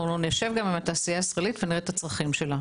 נשב עם התעשייה הישראלית ונראה את הצרכים שלה.